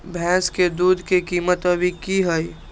भैंस के दूध के कीमत अभी की हई?